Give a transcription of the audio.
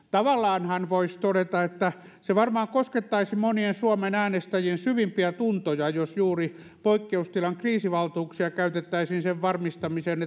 tavallaanhan voisi todeta että se varmaan koskettaisi monien suomen äänestäjien syvimpiä tuntoja jos juuri poikkeustilan kriisivaltuuksia käytettäisiin sen varmistamiseen